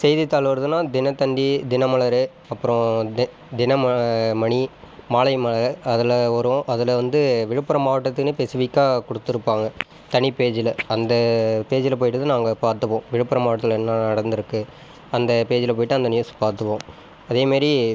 செய்தித்தாள் வருதுன்னால் தினத்தந்தி தினமலரு அப்புறோம் தி தின ம மணி மாலை மலர் அதில் வரும் அதில் வந்து விழுப்புரம் மாவட்டத்துக்குனே பெசிவிக்காக கொடுத்துருப்பாங்க தனி பேஜில் அந்த பேஜில் போய்விட்டுதான் நாங்கள் பார்த்துப்போம் விழுப்புரம் மாவட்டத்தில் என்ன நடந்திருக்கு அந்த பேஜில் போய்விட்டு அந்த நியூஸ் பார்த்துப்போம் அதேமாரி